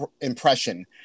impression